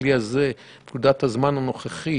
לכלי הזה בנקודת הזמן הנוכחית